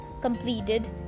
completed